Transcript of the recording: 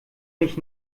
mich